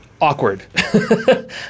Awkward